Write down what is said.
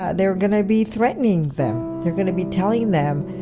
ah they are going to be threatening them, they are going to be telling them,